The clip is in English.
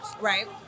Right